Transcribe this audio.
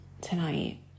tonight